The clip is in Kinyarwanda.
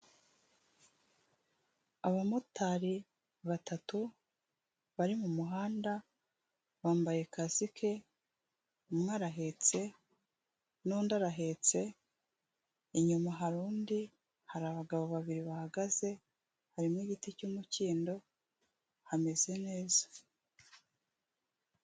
Abamotari batatu bari mu muhanda wambaye kasike, umwe arahetse n'indi arahetse, inyuma hari undi, hari abagabo babiri bahagaze harimo igiti cy'umukindo hameze neza.